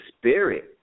spirit